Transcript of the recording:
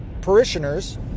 parishioners